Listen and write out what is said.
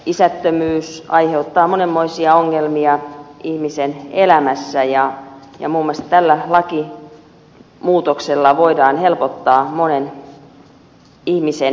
isättömyys aiheuttaa monenmoisia ongelmia ihmisen elämässä ja muun muassa tällä lakimuutoksella voidaan helpottaa monen ihmisen elämää